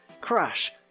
Crash